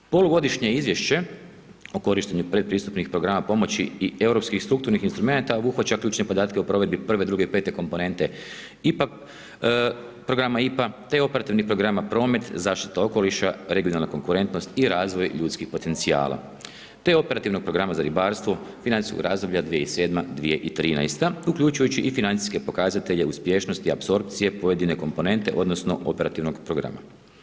Polugodišnje izvješće o korištenju pretpristupnih programa pomoći i europskih strukturnih instrumenata obuhvaća ključne podatke o provedbi 1, 2, 5 komponente IPA-a programa IPA te operativni programa promet, zaštite okoliša, regionalna konkurentnost i razvoj ljudskih potencijala te operativnog programa za ribarstvo, financijskog razdoblja 2007.-2013. uključujući i financijske pokazatelje uspješnosti, apsorpcije, pojedine komponente, odnosno, operativnog programa.